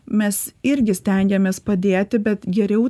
mes irgi stengiamės padėti bet geriau